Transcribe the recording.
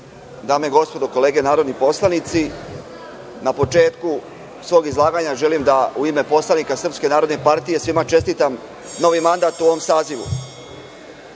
dame i gospodo, kolege narodni poslanici, na početku svog izlaganja želim da u ime poslanika SNP svima čestitam novi mandat u ovom sazivu. Čast